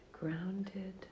Grounded